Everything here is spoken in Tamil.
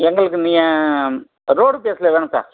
எங்களுக்கு நீங்கள் ரோடு ப்ளேஸில் வேணும் சார்